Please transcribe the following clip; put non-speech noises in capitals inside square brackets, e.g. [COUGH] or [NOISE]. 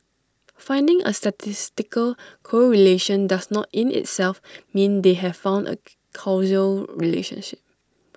finding A statistical correlation does not in itself mean they have found A [NOISE] causal relationship